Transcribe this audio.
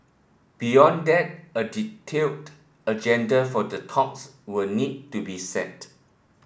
beyond that a detailed agenda for the talks will need to be set